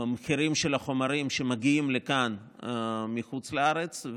המחירים של החומרים שמגיעים לכאן מחוץ לארץ.